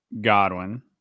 Godwin